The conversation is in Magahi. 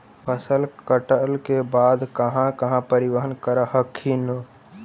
फसल कटल के बाद कहा कहा परिबहन कर हखिन?